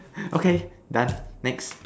okay done next